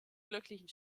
glücklichen